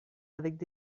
avec